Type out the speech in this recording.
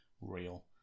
real